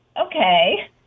Okay